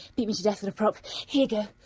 beat me to death with a prop here you go.